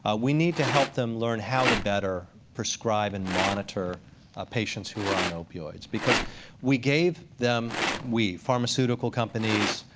ah we need to help them learn how to better prescribe and monitor patients who are on opioids. because we gave them we. pharmaceutical companies,